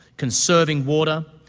conserving water,